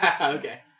Okay